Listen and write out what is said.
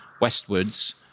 westwards